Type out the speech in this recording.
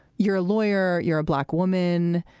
you're a lawyer. you're a black woman,